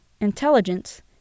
intelligence